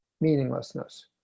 meaninglessness